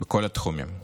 בכל התחומים,